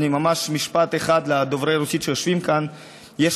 ממש משפט אחד לדוברי הרוסית שיושבים כאן: